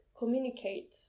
communicate